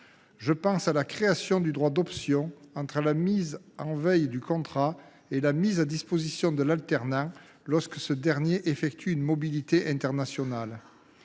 Je pense à l’article 1, qui crée un droit d’option entre mise en veille du contrat et mise à disposition de l’alternant, lorsque ce dernier effectue une mobilité internationale.